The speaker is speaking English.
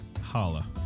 Holla